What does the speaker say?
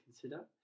consider